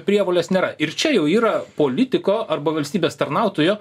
prievolės nėra ir čia jau yra politiko arba valstybės tarnautojo